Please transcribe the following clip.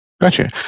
Gotcha